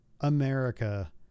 America